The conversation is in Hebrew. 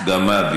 גם אני ביקשתי.